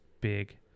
big